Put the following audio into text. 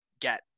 get